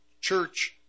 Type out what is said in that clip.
church